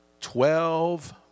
Twelve